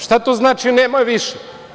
Šta to znači – nemoj više?